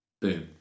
boom